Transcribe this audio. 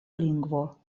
lingvo